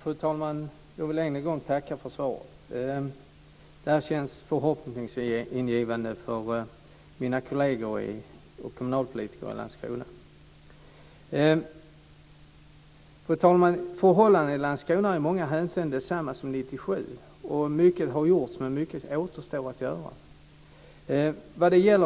Fru talman! Jag vill än en gång tacka för svaret. Det känns hoppingivande för kommunalpolitikerna i Fru talman! Förhållandena i Landskrona är i många hänseenden desamma som 1997. Mycket har gjorts, men mycket återstår att göra.